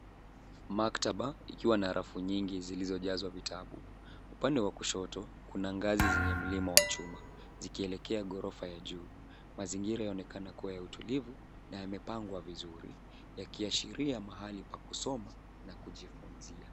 Maktaba ikiwa na rafu nyingi zilizojazwa vitabu. Upande wa kushoto, kuna ngazi zenye mlima wa chuma zikielekea ghorofa ya juu. Mazingira yaonekana kuwa ya utulivu na yamepangwa vizuri yakiashiria mahali pa kusoma na kujifunzia.